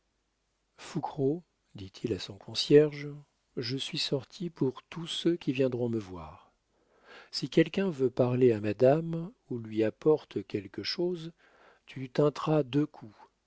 fouquereau dit-il à son concierge je suis sorti pour tous ceux qui viendront me voir si quelqu'un veut parler à madame ou lui apporte quelque chose tu tinteras deux coups